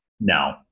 No